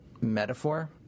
metaphor